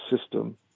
system